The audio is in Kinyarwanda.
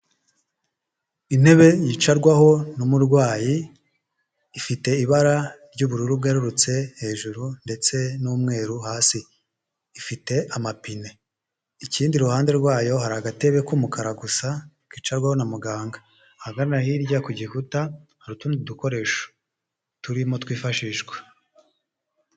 Intebe yicarwaho n'umurwayi ifite ibara ry'ubururu bwerurutse hejuru ndetse n'umweru hasi, ifite amapine ikindi iruhande rwayo hari agatebe k'umukara gusa kicarwaho na muganga, ahagana hirya ku gihuta hari utundi dukoresho turimo twifashishwa.